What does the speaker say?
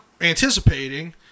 anticipating